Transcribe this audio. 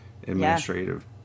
administrative